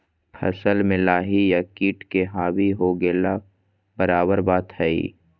फसल में लाही या किट के हावी हो गेला बराबर बात हइ